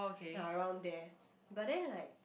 ya around there but then like